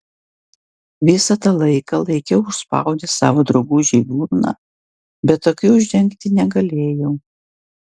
visą tą laiką laikiau užspaudęs savo draugužei burną bet akių uždengti negalėjau